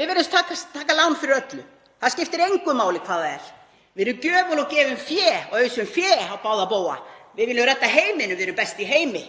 Við virðumst taka lán fyrir öllu, það skiptir engu máli hvað það er. Við erum gjöful og gefum fé og ausum fé á báða bóga. Við viljum redda heiminum, við erum best í heimi,